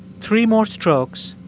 three more strokes,